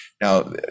Now